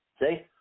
See